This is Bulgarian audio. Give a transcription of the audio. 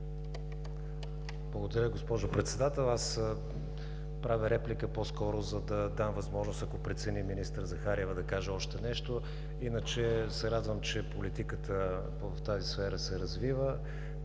Благодаря, госпожо Председател. Аз правя реплика по-скоро, за да дам възможност, ако прецени министър Захариева, да каже още нещо. Иначе се радвам, че политиката в тази сфера се развива.